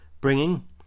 bringing